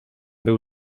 był